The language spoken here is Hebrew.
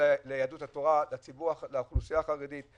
ליהדות התורה, לאוכלוסייה החרדית,